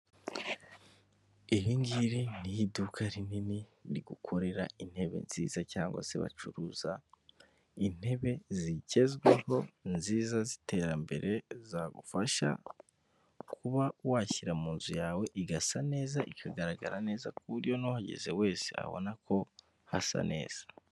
Iringiri ni iduka rinini rigukorera intebe nziza cyangwa se bacuruza intebe zigezweho nziza z'iterambere zagufasha kuba washyira mu nzu yawe igasa neza ikagaragara neza ku buryo n'uhageze wese abona ko hasa neza.